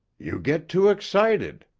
you get too excited,